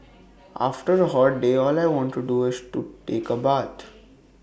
after A hot day all I want to do is to take A bath